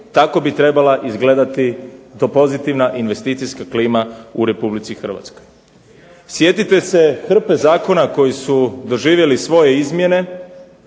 tako bi trebala izgledati pozitivna investicijska klima u Republici Hrvatskoj. Sjetite se hrpe zakona koji su doživjeli svoje izmjene,